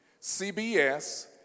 CBS